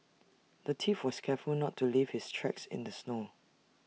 the thief was careful not to leave his tracks in the snow